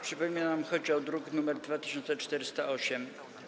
Przypominam, że chodzi o druk nr 2408.